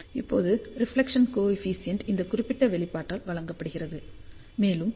இப்போது reflection coefficient இந்த குறிப்பிட்ட வெளிப்பாட்டால் வழங்கப்படுகிறது மேலும் வி